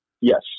Yes